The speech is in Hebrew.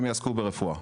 הם יעסקו ברפואה.